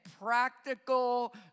practical